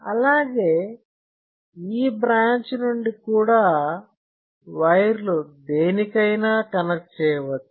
అలాగే ఈ బ్రాంచ్ నుండి కూడా వైర్లు దేనికైనా కనెక్ట్ చేయవచ్చు